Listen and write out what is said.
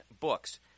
books